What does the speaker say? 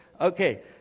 okay